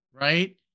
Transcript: right